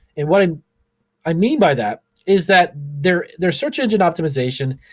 and what um i mean by that is that there there search engine optimization,